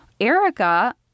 Erica